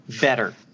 better